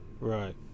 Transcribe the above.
Right